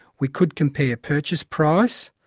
we could compare purchase price,